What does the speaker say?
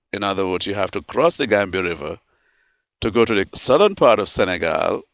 in other words, you have to cross the gambia river to go to the southern part of senegal,